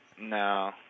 No